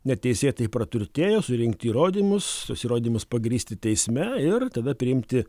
neteisėtai praturtėjo surinkti įrodymus tuos įrodymus pagrįsti teisme ir tada priimti